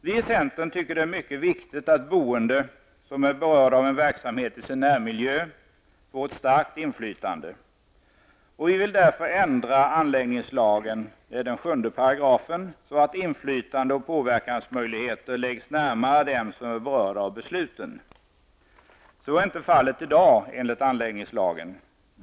Vi i centern tycker att det är mycket viktigt att boende som är berörda av en verksamhet i sin närmiljö får ett starkt inflytande, och vi vill därför ändra anläggningslagen, 7 §, så att inflytande och påverkansmöjligheter läggs närmare dem som är berörda av besluten än vad som i dag är fallet enligt anläggningslagen.